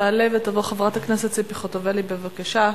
תעלה ותבוא חברת הכנסת ציפי חוטובלי, בבקשה.